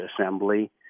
assembly